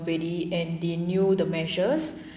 ready and they knew the measures